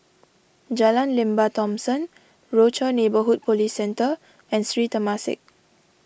Jalan Lembah Thomson Rochor Neighborhood Police Centre and Sri Temasek